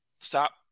stop